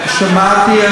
שמעתי,